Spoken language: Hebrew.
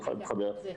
אבל בסוף היו הבנות.